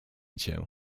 cię